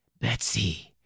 Betsy